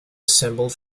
assembled